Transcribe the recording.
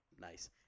nice